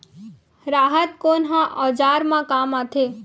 राहत कोन ह औजार मा काम आथे?